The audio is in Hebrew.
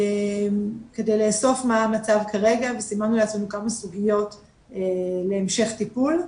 כדי לאסוף מה המצב כרגע וסימנו לעצמנו כמה סוגיות להמשך טיפול.